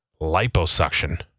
Liposuction